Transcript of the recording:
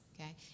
okay